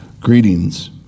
Greetings